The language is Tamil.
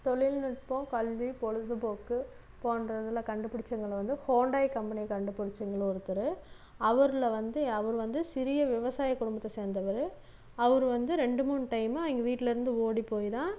தொழில்நுட்பம் கல்வி பொழுதுபோக்கு போன்ற இதில் கண்டுபிடிச்சதுல வந்து ஹூண்டாய் கம்பெனியை கண்டுபிடிச்சவுங்கள்ல ஒருத்தர் அவர்ல வந்து அவர் வந்து சிறிய விவசாய குடும்பத்தை சேந்தவர் அவர் வந்து ரெண்டு மூணு டைம்மாக அவங்க வீட்லருந்து ஓடி போய் தான்